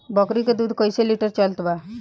बकरी के दूध कइसे लिटर चलत बा?